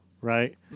right